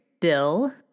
Bill